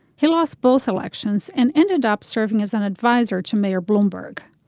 he lost both elections and ended up serving as an adviser to mayor bloomberg.